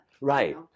Right